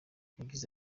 yagize